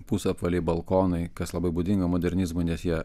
pusapvaliai balkonai kas labai būdinga modernizmui nes jie